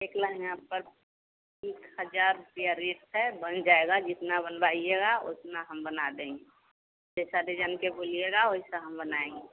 एक लहँगा पर एक हजार रुपिया रेट है बन जाएगा जितना बनवाइएगा उतना हम बना देंगे जैसा डिजाइन के बोलिएगा वैसा हम बनाएँगे